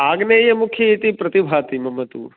आग्नेयमुखि इति प्रतिभाति मम तु